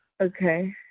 Okay